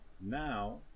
Now